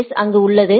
எஸ்அங்கு உள்ளது